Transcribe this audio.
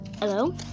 Hello